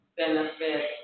benefit